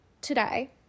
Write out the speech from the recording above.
today